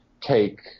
take